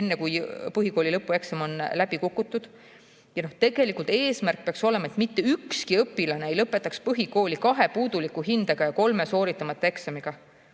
enne kui põhikooli lõpueksamil on läbi kukutud. Tegelikult peaks eesmärk olema see, et mitte ükski õpilane ei lõpetaks põhikooli kahe puuduliku hindega ja kolme sooritamata eksamiga.